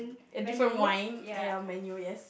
a different wine eh ya menu yes